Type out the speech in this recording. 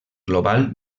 global